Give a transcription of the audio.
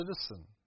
citizen